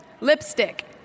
Lipstick